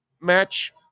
match